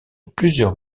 plusieurs